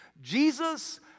Jesus